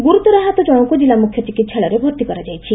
ଗୁରୁତର ଆହତ ଜଶଙ୍କୁ ଜିଲ୍ଲା ମୁଖ୍ୟ ଚିକିସ୍ଠାଳୟରେ ଭର୍ତ୍ତି କରାଯାଇଛି